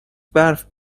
برف